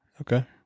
Okay